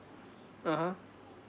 (uh huh)